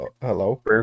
Hello